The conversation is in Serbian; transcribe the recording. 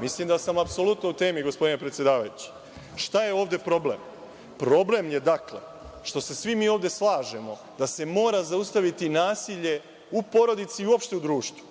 Mislim da sam apsolutno u temi, gospodine predsedavajući. Šta je ovde problem? Problem je, dakle, što se svi mi ovde slažemo da se mora zaustaviti nasilje u porodici i uopšte u društvu,